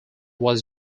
was